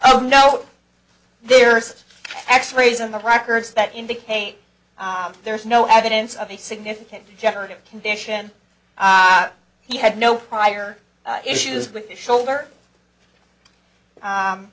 oh no there is x rays in the records that indicate there is no evidence of a significant degenerative condition he had no prior issues with the shoulder